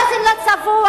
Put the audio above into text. אבו מאזן לא צבוע,